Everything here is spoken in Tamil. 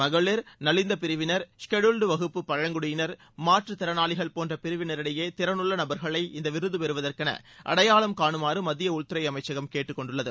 மகளிர் நலிந்த பிரிவினர் ஷெட்யூல்டு வகுப்பு பிரிவினர் மாற்று திறனாளிகள் போன்ற பிரிவனரிடையே திறனுள்ள நபர்களை இந்த விருது பெருவதற்கென அடையாளம் மத்திய உள்துறை அமைச்சகம் கேட்டுக்கொண்டுள்ளது